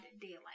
daylight